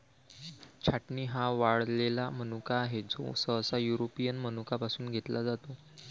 छाटणी हा वाळलेला मनुका आहे, जो सहसा युरोपियन मनुका पासून घेतला जातो